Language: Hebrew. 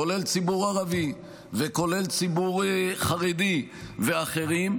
כולל ציבור ערבי וכולל ציבור חרדי ואחרים,